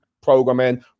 programming